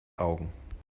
augen